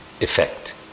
effect